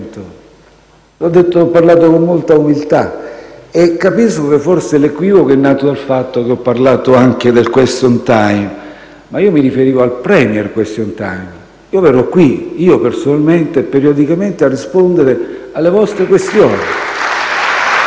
Ho parlato con molta umiltà e capisco che forse l'equivoco è nato dal fatto che ho parlato anche del *question time*, ma io mi riferivo al *Premier question time*: io personalmente verrò qui periodicamente a rispondere alle vostre questioni. *(Applausi